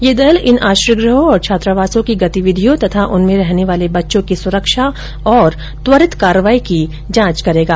ये दल इन आश्रयगृहों और छात्रावासोँ की गतिविधियों तथा उनमें रहने वाले बच्चों की सुरक्षा और त्वरित कार्रवाई की जांच करेगा